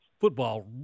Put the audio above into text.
football